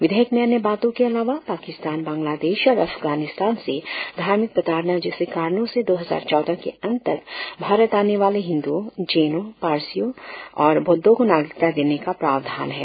विधेयक में अन्य बातों के अलावा पाकिस्तान बांग्लादेश और अफ्गानिस्तान से धार्मिक प्रताड़ना जैसे कारणों से दो हजार चौदह के अंत तक भारत आने वाले हिंद्रओं जैनों पारसियों इसाईयों और बौद्धो को नागरिकता देने का प्रावधान है